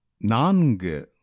Nang